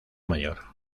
mayor